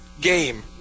game